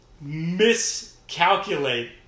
miscalculate